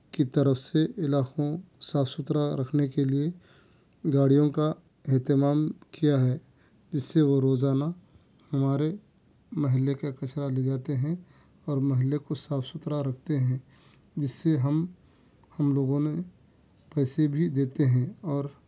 کی طرف سے علاقوں صاف سُتھرا رکھنے کے لئے گاڑیوں کا اہتمام کیا ہے جس سے وہ روزانہ ہمارے محلے کا کچرا لے جاتے ہیں اور محلے کو صاف سُتھرا رکھتے ہیں جس سے ہم ہم لوگوں میں پیسے بھی دیتے ہیں اور